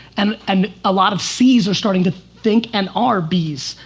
and and a lot of c's are starting to think and are b's.